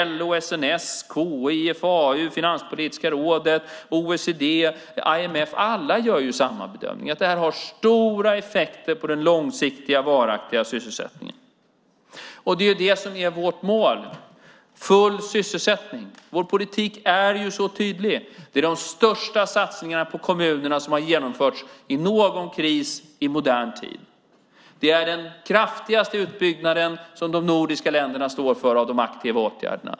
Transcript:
LO, SNS, KI, IFAU, Finanspolitiska rådet, OECD, IMF - alla gör samma bedömning, nämligen att detta har stora effekter på den långsiktiga, varaktiga sysselsättningen. Och det är just det som är vårt mål, full sysselsättning. Vår politik är mycket tydlig. Satsningarna på kommunerna är de största som genomförts i en kris i modern tid. De nordiska länderna står för den kraftigaste utbyggnaden av de aktiva åtgärderna.